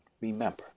remember